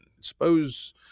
Suppose